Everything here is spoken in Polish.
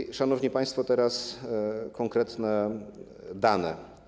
I, szanowni państwo, teraz konkretne dane.